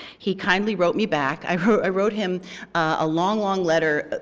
he kindly wrote me back. i wrote wrote him a long, long letter,